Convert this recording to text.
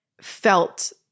felt